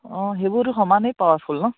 অঁ সেইবোৰতো সমানে পাৱাৰফুল ন